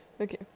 Okay